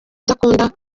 udakunda